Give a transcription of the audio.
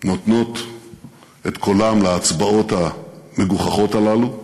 הן נותנות את קולן להצבעות המגוחכות הללו,